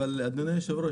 אדוני היושב-ראש,